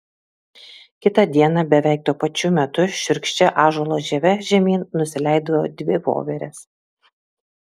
kitą dieną beveik tuo pačiu metu šiurkščia ąžuolo žieve žemyn nusileido dvi voverės